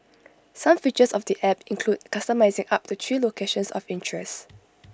some features of the app include customising up to three locations of interest